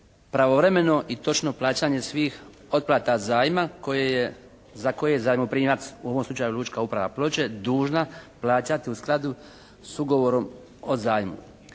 pravovremeno i točno plaćanje svih otplata zajma koje je, za koje je zajmoprimac u ovom slučaju lučka uprava Ploče dužna plaćati u skladu s ugovorom o zajmu.